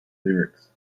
lyrics